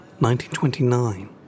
1929